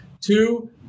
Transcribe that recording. Two